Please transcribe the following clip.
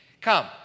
Come